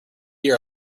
year